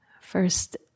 first